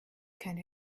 keine